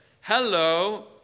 Hello